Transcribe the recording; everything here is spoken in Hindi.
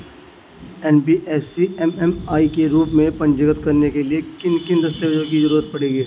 एन.बी.एफ.सी एम.एफ.आई के रूप में पंजीकृत कराने के लिए किन किन दस्तावेजों की जरूरत पड़ेगी?